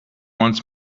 once